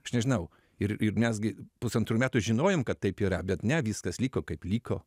aš nežinau ir ir nes gi pusantrų metų žinojom kad taip yra bet ne viskas liko kaip liko